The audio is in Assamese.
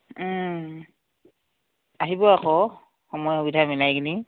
ও আহিব আকৌ সময় সুবিধা মিলাই কিনি